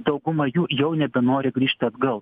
dauguma jų jau nebenori grįžti atgal